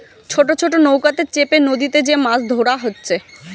ছোট ছোট নৌকাতে চেপে নদীতে যে মাছ ধোরা হচ্ছে